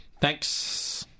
Thanks